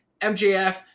MJF